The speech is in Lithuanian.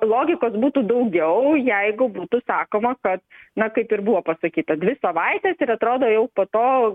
logikos būtų daugiau jeigu būtų sakoma kad na kaip ir buvo pasakyta dvi savaitės ir atrodo jau po to